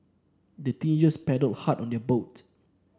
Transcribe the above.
the teenagers paddled hard on their boat